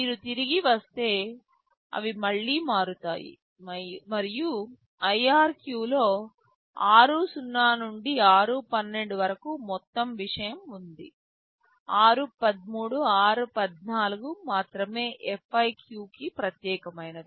మీరు తిరిగి వస్తే అవి మళ్లీ మారుతాయి మరియు IRQ లో r0 నుండి r12 కు మొత్తం విషయం ఉంది r13 r14 మాత్రమే FIQ కి ప్రత్యేకమైనవి